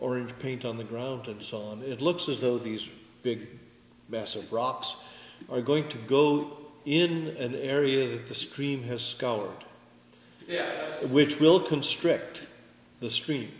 orange paint on the ground and so on it looks as though these big massive rocks are going to go in an area that the screen has sculler yes which will constrict the stream